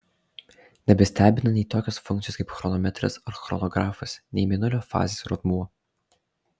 nebestebina nei tokios funkcijos kaip chronometras ar chronografas nei mėnulio fazės rodmuo